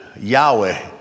Yahweh